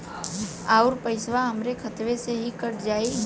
अउर पइसवा हमरा खतवे से ही कट जाई?